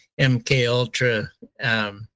MKUltra